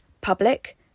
public